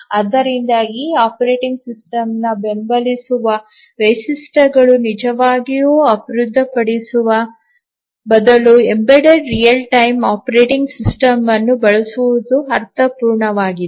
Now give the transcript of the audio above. ಆದ್ದರಿಂದ ಈ ಆಪರೇಟಿಂಗ್ ಸಿಸ್ಟಂಗಳು ಬೆಂಬಲಿಸುವ ವೈಶಿಷ್ಟ್ಯಗಳನ್ನು ನಿಜವಾಗಿಯೂ ಅಭಿವೃದ್ಧಿಪಡಿಸುವ ಬದಲು embedded real time operating system ಅನ್ನು ಬಳಸುವುದು ಅರ್ಥಪೂರ್ಣವಾಗಿದೆ